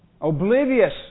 Oblivious